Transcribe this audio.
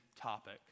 topic